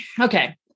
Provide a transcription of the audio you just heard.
okay